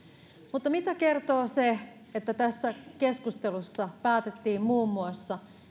mutta mitä kertoo se että tässä keskustelussa päätettiin muun muassa